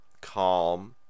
calm